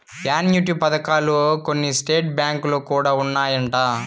annuity పథకాలు కొన్ని state బ్యాంకులో కూడా ఉన్నాయంట